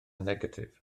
negatif